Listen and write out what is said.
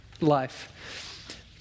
Life